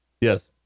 Yes